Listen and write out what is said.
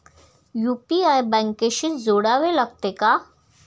UPI बँकेशी जोडावे लागते का?